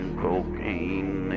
cocaine